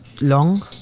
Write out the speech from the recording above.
long